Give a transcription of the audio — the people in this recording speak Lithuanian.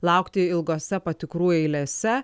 laukti ilgose patikrų eilėse